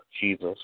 Jesus